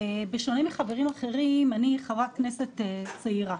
בשונה מחברים אחרים אני חברת כנסת צעירה,